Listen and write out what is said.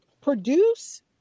produce